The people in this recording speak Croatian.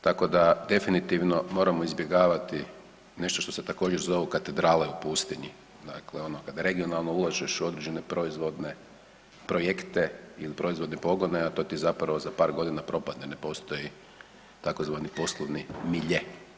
Tako da definitivno moramo izbjegavati nešto što se također zovu katedrale u pustinji, dakle kada regionalno ulažeš u određene proizvodne projekte ili proizvodne pogone, a to ti zapravo za par godina propadne, ne postoji tzv. poslovni milje.